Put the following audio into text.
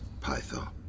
Python